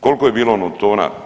Koliko je bilo ono tona?